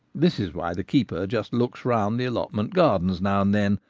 this is why the keeper just looks round the allotment gardens now and then,